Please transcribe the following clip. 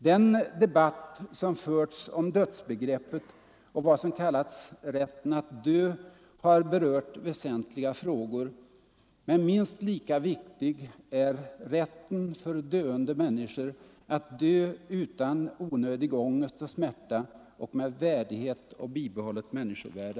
Den debatt som förts om dödsbegreppet och vad som kallats rätten att dö har berört väsentliga frågor. Men minst lika viktig är rätten för döende människor att dö utan onödig ångest och smärta och med värdighet och bibehållet människovärde.